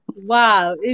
Wow